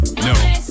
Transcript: no